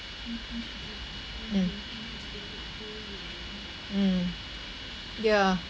mm mm ya